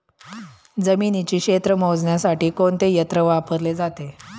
जमिनीचे क्षेत्र मोजण्यासाठी कोणते यंत्र वापरले जाते?